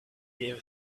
gave